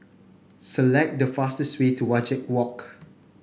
select the fastest way to Wajek Walk